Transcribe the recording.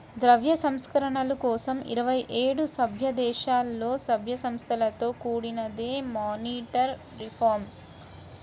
ద్రవ్య సంస్కరణల కోసం ఇరవై ఏడు సభ్యదేశాలలో, సభ్య సంస్థలతో కూడినదే మానిటరీ రిఫార్మ్